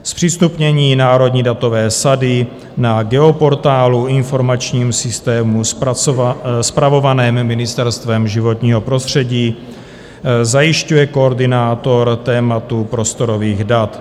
Zpřístupnění národní datové sady na Geoportálu v informačním systému spravovaném Ministerstvem životního prostředí zajišťuje koordinátor tématu prostorových dat.